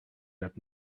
had